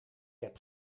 heb